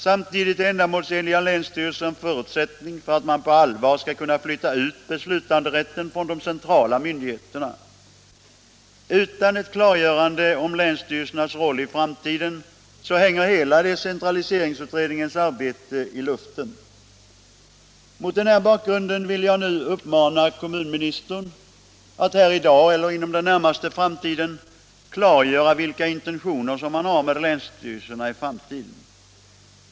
Samtidigt är ändamålsenliga länsstyrelser en förutsättning för att man på allvar skall kunna flytta ut beslutanderätten från de centrala myndigheterna. Utan ett klargörande om länsstyrelsernas roll i framtiden hänger hela decentraliseringsutredningens arbete i luften. Mot den här bakgrunden vill jag nu uppmana kommunministern att här i dag eller inom den närmaste framtiden klargöra vilka intentioner man har i fråga om länsstyrelserna i framtiden.